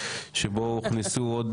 שבו הוכנסו עוד